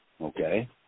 okay